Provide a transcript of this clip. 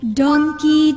donkey